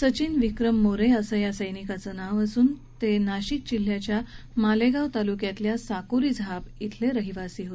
सचिन विक्रम मोरे असं या सैनिकाचं नाव असून ते नाशिक जिल्ह्याच्या मालेगाव तालुक्यातल्या साकुरी झाप खिले रहिवासी आहेत